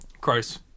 Gross